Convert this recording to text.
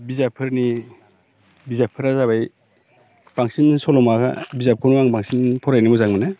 बिजाबफोरनि बिजाबफोरा जाबाय बांसिन सल'मा बिजाबखौनो आं बांसिन फरायनो मोजां मोनो